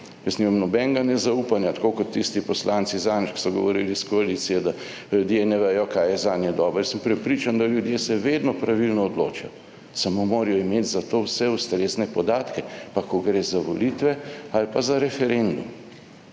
Jaz nimam nobenega nezaupanja, tako kot tisti poslanci iz koalicije zadnjič, ki so govorili, da ljudje ne vejo, kaj je zanje dobro. Jaz sem prepričan, da se ljudje vedno pravilno odločijo, vendar morajo imeti za to vse ustrezne podatke, pa ko gre za volitve ali pa za referendum.